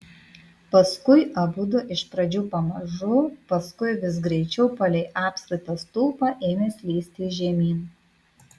paskui abudu iš pradžių pamažu paskui vis greičiau palei apskritą stulpą ėmė slysti žemyn